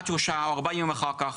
עד שלושה או ארבעה ימים אחר כך.